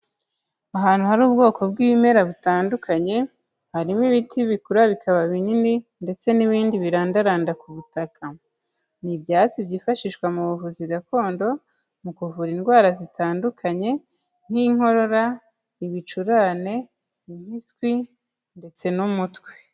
Ahantu hari ubwoko bw'ibimera butandukanye, harimo ibiti bikura bikaba binini ndetse n'ibindi birandaranda ku butaka, ni ibyatsi byifashishwa mu buvuzi gakondo mu kuvura indwara zitandukanye nk'inkorora, ibicurane, impiswi ndetse n'umutwe.